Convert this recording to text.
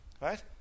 right